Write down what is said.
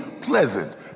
pleasant